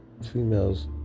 females